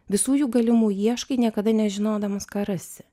visų jų galimų ieškai niekada nežinodamas ką rasi